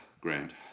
Grand